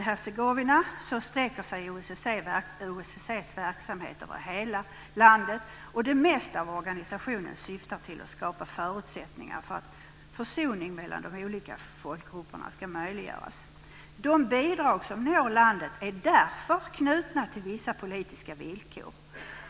Hercegovina sträcker sig OSSE:s verksamhet över hela landet. Det mesta av organisationens aktiviteter syftar till att skapa förutsättningar så att försoning mellan de olika folkgrupperna ska möjliggöras. De bidrag som når landet är därför knutna till vissa politiska villkor.